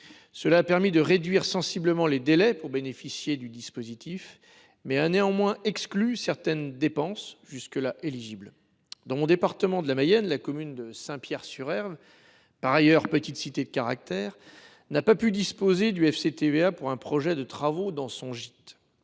Cela a permis de réduire sensiblement les délais pour bénéficier du dispositif, mais a néanmoins exclu certaines dépenses jusque là éligibles. Dans mon département de la Mayenne, la commune de Saint Pierre sur Erve, qui est au demeurant une petite cité de caractère, n’a pas pu disposer du FCTVA pour un projet de travaux dans son gîte